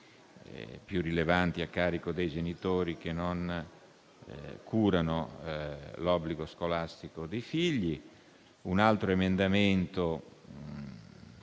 più rilevanti a carico dei genitori che non curano l'obbligo scolastico dei figli. Un altro emendamento,